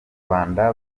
rwanda